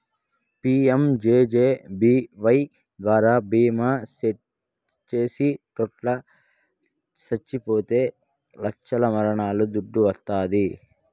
PMJJBY ద్వారా బీమా చేసిటోట్లు సచ్చిపోతే లచ్చల మరణ దుడ్డు వస్తాది